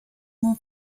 more